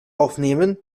aufnehmen